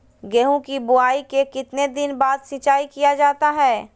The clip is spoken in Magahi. गेंहू की बोआई के कितने दिन बाद सिंचाई किया जाता है?